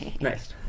Nice